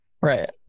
Right